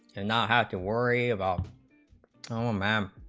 and not have to worry about um um um